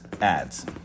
ads